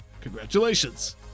Congratulations